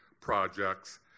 projects